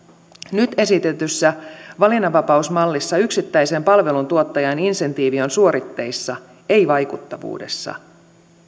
nyt esitetyssä valinnanvapausmallissa yksittäisen palveluntuottajan insentiivi on suoritteissa ei vaikuttavuudessa